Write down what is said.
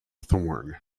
thorn